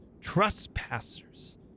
trespassers